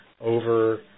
over